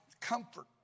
comfort